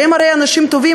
שהם הרי אנשים טובים,